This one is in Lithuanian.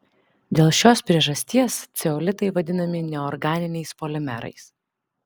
dėl šios priežasties ceolitai vadinami neorganiniais polimerais